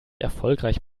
erfolgreich